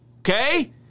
Okay